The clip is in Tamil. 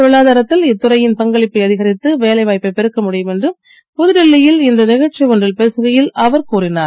பொருளாதாரத்தில் இத்துறையின் பங்களிப்பை அதிகரித்து இதனால் வேலைவாய்ப்பை பெருக்க முடியும் என்று புதுடில்லி யில் இன்று நிகழ்ச்சி ஒன்றில் பேசுகையில் அவர் கூறினார்